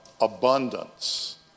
abundance